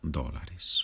dólares